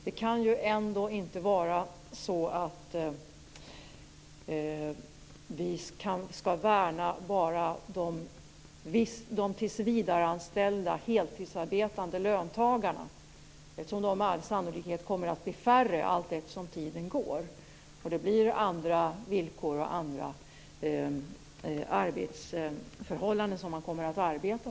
Det kan ändå inte vara så att vi skall värna bara om de tillsvidareanställda heltidsarbetande löntagarna. Dessa kommer med all sannolikhet att bli färre allteftersom tiden går och arbetsförhållanden förändras.